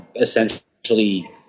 essentially